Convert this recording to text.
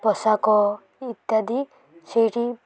ପୋଷାକ ଇତ୍ୟାଦି ସେଇଠି